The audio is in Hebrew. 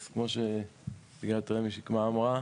אז כמו שנציגת רמ"י שקמה אמרה,